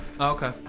Okay